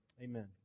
Amen